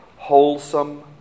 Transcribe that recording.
wholesome